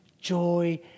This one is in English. joy